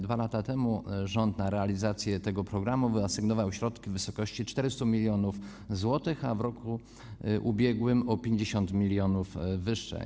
2 lata temu rząd na realizację tego programu wyasygnował środki w wysokości 400 mln zł, a w roku ubiegłym o 50 mln większe.